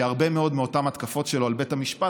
שהרבה מאוד מאותן התקפות שלו על בית המשפט